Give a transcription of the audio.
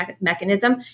mechanism